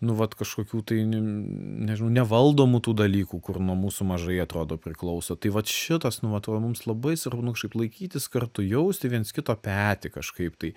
nu vat kažkokių tai ne nežinau nevaldomų tų dalykų kur nuo mūsų mažai atrodo priklauso tai vat šitas nu man atrodo mums labai svarbu nu kažkaip laikytis kartu jausti viens kito petį kažkaip tai